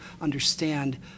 understand